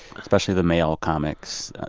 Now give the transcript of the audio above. especially the male comics.